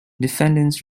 defendants